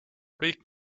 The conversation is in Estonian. kõik